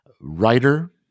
writer